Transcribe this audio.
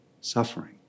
suffering